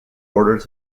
borders